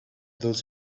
those